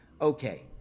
okay